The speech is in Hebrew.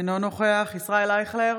אינו נוכח ישראל אייכלר,